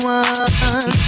one